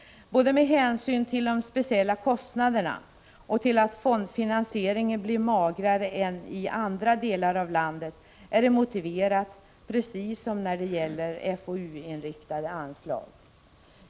Både med hänsyn till de speciella kostnaderna och med hänsyn till att fondfinansieringen blir magrare än i andra delar av landet, är det motiverat, precis som när det gäller FoU-inriktade anslag.